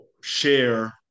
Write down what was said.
share